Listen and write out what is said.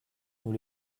nous